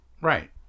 Right